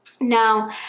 Now